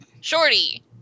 Shorty